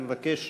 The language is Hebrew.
אני מבקש